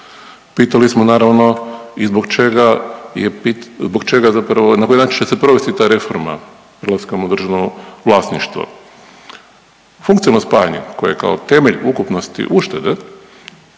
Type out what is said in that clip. Pitali smo naravno i zbog čega zapravo na koji način će se provesti ta reforma … državno vlasništvo. Funkcionalno spajanje koje je kao temelj ukupnosti uštede